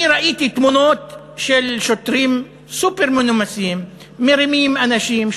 אני ראיתי תמונות של שוטרים סופר-מנומסים מרימים אנשים,